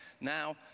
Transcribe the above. Now